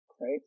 right